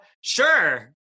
sure